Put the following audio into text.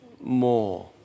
more